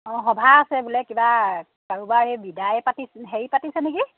অঁ সভা আছে বোলে কিবা কাৰোবাৰ এই বিদায় পাতি হেৰি পাতিছে নেকি